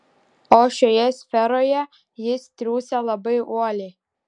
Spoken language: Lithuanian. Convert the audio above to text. o šioje sferoje jis triūsia labai uoliai